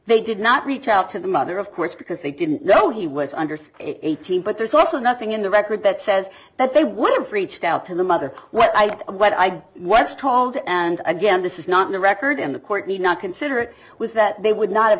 they did not reach out to the mother of course because they didn't know he was understood it one thousand but there's also nothing in the record that says that they would have reached out to the mother what i what i was told and again this is not the record and the court may not consider it was that they would not have